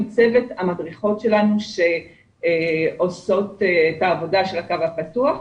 צוות המדריכות שלנו שעושות את העבודה של הקו הפתוח,